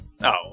No